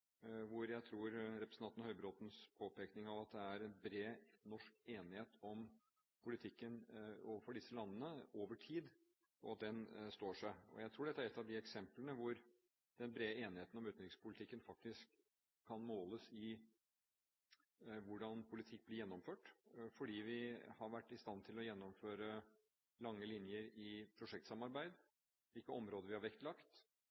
hvor den brede enigheten om utenrikspolitikken faktisk kan måles i hvordan politikk blir gjennomført, fordi vi har vært i stand til å gjennomføre lange linjer i prosjektsamarbeid, vi har vektlagt